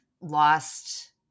lost